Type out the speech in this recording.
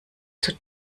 zur